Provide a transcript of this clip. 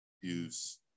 use